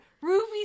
Ruby